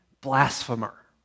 blasphemer